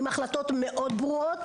עם החלטות מאוד ברורות,